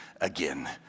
again